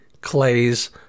Clays